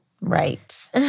Right